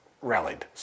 rallied